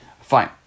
fine